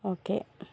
okay